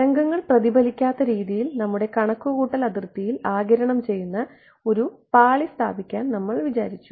തരംഗങ്ങൾ പ്രതിഫലിക്കാത്ത രീതിയിൽ നമ്മുടെ കണക്കുകൂട്ടൽ അതിർത്തിയിൽ ആഗിരണം ചെയ്യുന്ന ഒരു പാളി സ്ഥാപിക്കാൻ നമ്മൾ വിചാരിച്ചു